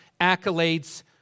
accolades